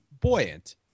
Buoyant